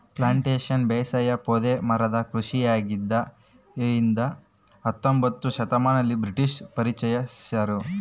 plantation ಬೇಸಾಯ ಪೊದೆ ಮರದ ಕೃಷಿಯಾಗಿದೆ ಇದ ಹತ್ತೊಂಬೊತ್ನೆ ಶತಮಾನದಲ್ಲಿ ಬ್ರಿಟಿಷರು ಪರಿಚಯಿಸ್ಯಾರ